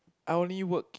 I only work